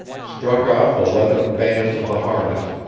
struck off the leathern bands of the harness,